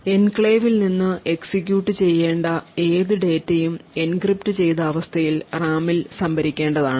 എൻക്ലേവിൽ നിന്ന് എക്സിക്യൂട്ട് ചെയ്യേണ്ട ഏത് ഡാറ്റയും എൻക്രിപ്റ്റ് ചെയ്ത അവസ്ഥയിൽ റാമിൽ സംഭരിക്കേണ്ടതാണ്